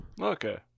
Okay